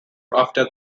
after